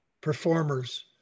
performers